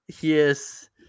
yes